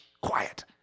quiet